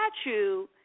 statue